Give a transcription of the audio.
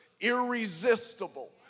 irresistible